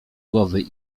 głowy